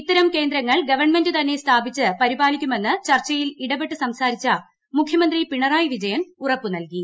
ഇത്തരം കേന്ദ്രങ്ങൾ ഗവൺമെന്റ് തന്നെ സ്ഥാപിച്ച് പരിപാലിക്കുമെന്ന് ചർച്ചയിൽ ഇടപെട്ട് സംസാരിച്ചു മുഖ്യമന്ത്രി പിണറായി വിജയൻ ഉറപ്പ് നൽകി